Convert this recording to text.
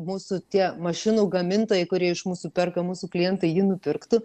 mūsų tie mašinų gamintojai kurie iš mūsų perka mūsų klientai jį nupirktų